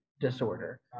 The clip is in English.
disorder